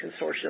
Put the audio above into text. consortium